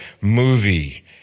movie